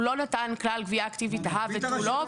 הוא לא נתן כלל גבייה אקטיבית ותו לא,